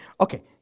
Okay